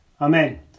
Amen